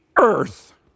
earth